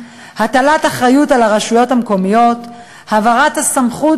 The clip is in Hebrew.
2. הטלת אחריות על הרשויות המקומיות: העברת הסמכות